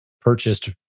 purchased